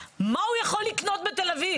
מה הוא יכול לקנות בתל אביב?